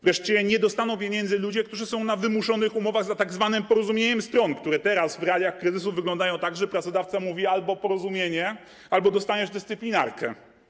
Wreszcie nie dostaną pieniędzy ludzie, którzy są na wymuszonych umowach za tzw. porozumieniem stron, które teraz, w realiach kryzysu, wyglądają tak, że pracodawca mówi: albo porozumienie, albo dostaniesz dyscyplinarkę.